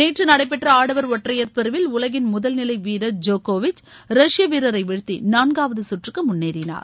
நேற்று நடைபெற்ற ஆடவா் ஒற்றையா் பிரிவில் உலகின் முதல்நிலை வீரா் ஜோகோவிச் ரஷ்ய வீரரை வீழ்த்தி நான்காவது சுற்றுக்கு முன்னேறினார்